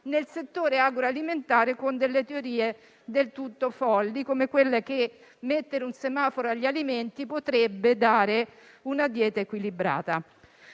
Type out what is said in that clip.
nel settore agroalimentare con delle teorie del tutto folli come quelle secondo cui mettere un semaforo agli alimenti potrebbe dare una dieta equilibrata.